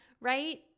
right